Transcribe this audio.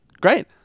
Great